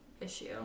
issue